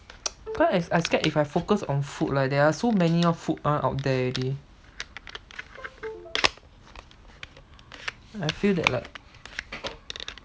I I scared if I focus on food like there are so many one food [one] out there already I feel that like